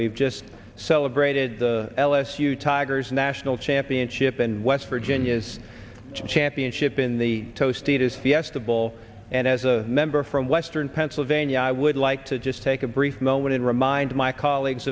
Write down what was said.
we've just celebrated the ellis you tigers national championship in west virginia's championship in the toasted his fiesta bowl and as a member from western pennsylvania i would like to just take a brief moment and remind my colleagues